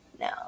No